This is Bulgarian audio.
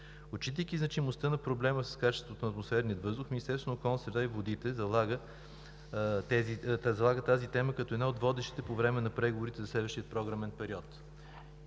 Отчитайки значимостта на проблема с качеството на атмосферния въздух, Министерството на околната среда и водите залага тази тема като една от водещите по време на преговорите за следващия програмен период.